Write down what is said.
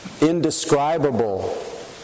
indescribable